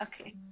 Okay